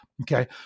Okay